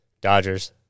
Dodgers